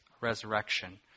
resurrection